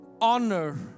honor